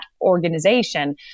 organization